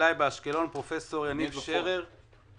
ברזילי באשקלון פרופ' יניב שרר.